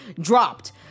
dropped